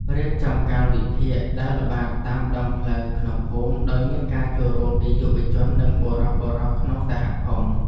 រៀបចំកាលវិភាគដើរល្បាតតាមដងផ្លូវក្នុងភូមិដោយមានការចូលរួមពីយុវជននិងបុរសៗក្នុងសហគមន៍។